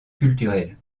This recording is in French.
culturel